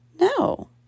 No